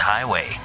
Highway